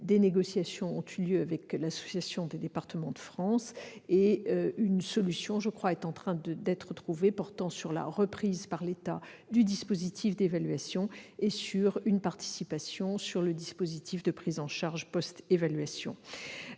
Des négociations ont eu lieu avec l'Assemblée des départements de France et une solution, je crois, est en train d'être trouvée, portant sur la reprise par l'État du dispositif d'évaluation et sur une participation au niveau du dispositif de prise en charge post-évaluation.